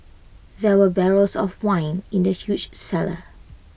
there were barrels of wine in the huge cellar